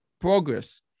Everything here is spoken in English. progress